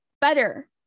better